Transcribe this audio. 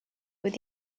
with